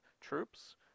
troops